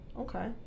Okay